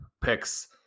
picks